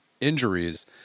injuries